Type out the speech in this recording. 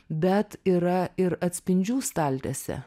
bet yra ir atspindžių staltiesė